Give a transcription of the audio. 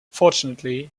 fortunately